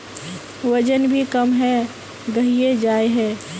वजन भी कम है गहिये जाय है?